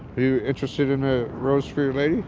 you interested in a rose for your lady?